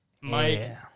Mike